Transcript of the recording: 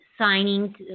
signing